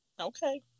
Okay